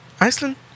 Iceland